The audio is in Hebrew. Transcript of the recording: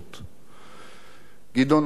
גדעון אהב באמת את האדם,